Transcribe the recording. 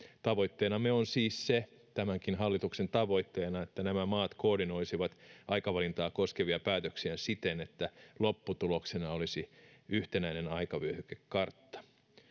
tavoitteenamme on siis se tämänkin hallituksen tavoitteena että nämä maat koordinoisivat aikavalintaa koskevia päätöksiään siten että lopputuloksena olisi yhtenäinen aikavyöhykekartta